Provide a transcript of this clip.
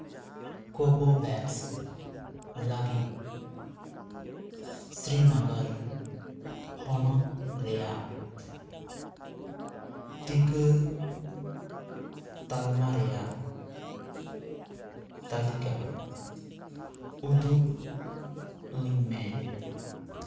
ᱠᱳᱵᱷᱳ ᱵᱷᱮᱠᱥ ᱞᱟᱹᱜᱤᱫ ᱥᱨᱤᱱᱚᱜᱚᱨ ᱦᱚᱱᱚᱛ ᱨᱮᱭᱟᱜ ᱴᱤᱠᱟᱹ ᱛᱟᱞᱢᱟ ᱨᱮᱭᱟᱜ ᱛᱟᱹᱞᱤᱠᱟ ᱩᱫᱩᱜ ᱟᱹᱧ ᱢᱮ